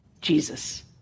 Jesus